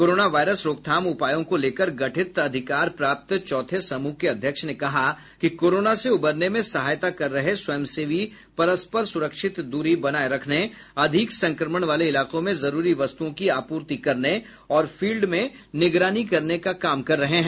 corona virus रोकथाम उपायों को लेकर गठित अधिकार प्राप्त चौथे समूह के अध्यक्ष ने कहा कि कोरोना से उबरने में सहायता कर रहे स्वयंसेवी परस्पर सुरक्षित दूरी बनाये रखने अधिक संक्रमण वाले इलाकों में जरूरी वस्तुओं की आपूर्ति करने और फील्ड में निगरानी करने का काम कर रहे हैं